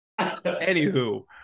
Anywho